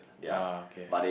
ah okay okay